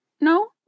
No